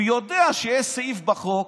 הוא יודע שיש סעיף בחוק